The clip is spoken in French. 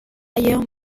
ailleurs